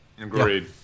Agreed